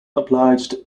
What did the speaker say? obliged